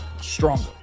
stronger